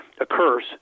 occurs